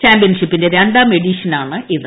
ചാമ്പ്യൻഷിപ്പിന്റെ രണ്ടാം എഡിഷനാണ് ഇത്